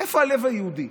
איפה הלב היהודי?